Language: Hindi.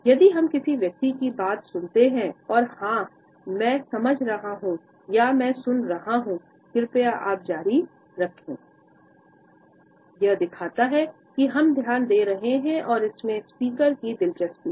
यदि हम किसी व्यक्ति की बात सुनते हैं और "हाँ मैं समझ रहा हूँ या मैं सुन रहा हूँ कृपया आपयह दिखाता है कि हम ध्यान दे रहे हैं और इसमें स्पीकर में दिलचस्पी है